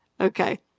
Okay